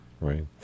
Right